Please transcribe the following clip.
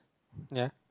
ya